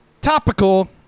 topical